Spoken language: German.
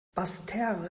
basseterre